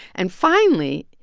and finally,